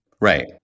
Right